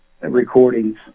recordings